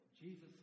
Jesus